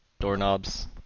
Doorknobs